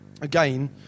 again